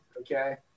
Okay